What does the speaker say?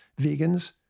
vegans